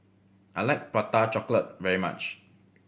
I like Prata Chocolate very much